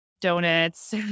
donuts